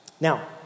Now